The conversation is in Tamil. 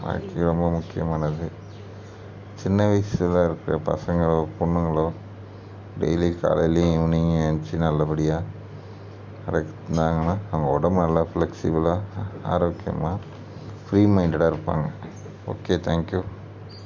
வாக்கிங் ரொம்ப முக்கியமானது சின்ன வயசில் இருக்கிற பசங்களோ பெண்ணுங்களோ டெய்லி காலைலையும் ஈவினிங் ஏந்துச்சி நல்லபடியாக நடக் நடந்தாங்கனால் அவங்க உடம்பு நல்லா ஃப்ளெக்சஸிபிளாக ஆரோக்கியமாக ஃப்ரீ மைண்டடாக இருப்பாங்க ஓகே தேங்க்யூ